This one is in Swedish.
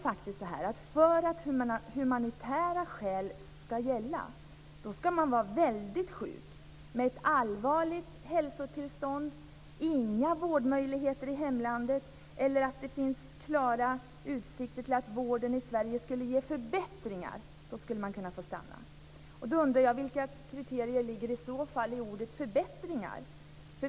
För att humanitära skäl skall gälla skall man faktiskt vara väldigt sjuk, med ett allvarligt hälsotillstånd, inga vårdmöjligheter i hemlandet eller att det finns klara utsikter till att vården i Sverige skulle ge förbättringar. Då skulle man kunna få stanna. Då undrar jag: Vilka kriterier ligger i så fall i ordet förbättringar?